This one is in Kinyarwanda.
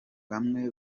bamwe